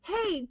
Hey